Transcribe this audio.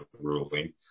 ruling